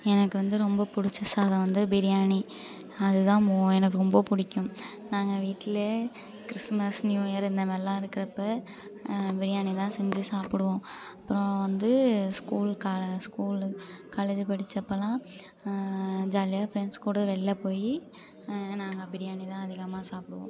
எனக்கு வந்து ரொம்ப பிடிச்ச சாதம் வந்து பிரியாணி அதுதான் எனக்கு ரொம்ப பிடிக்கும் நாங்கள் வீட்டில் கிறிஸ்மஸ் நியூ இயர் இந்த மாதிரிலாம் இருக்கிறப்ப பிரியாணிதான் செஞ்சு சாப்பிடுவோம் அப்புறம் வந்து ஸ்கூல் ஸ்கூலு காலேஜி படிச்சப்போலாம் ஜாலியாக ஃப்ரெண்ட்ஸ் கூட வெளில போய் நாங்கள் பிரியாணிதான் அதிகமாக சாப்பிடுவோம்